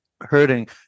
hurting